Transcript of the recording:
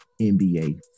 NBA